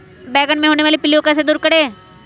बैंगन मे होने वाले पिल्लू को कैसे दूर करें?